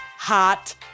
hot